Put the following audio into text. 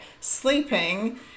sleeping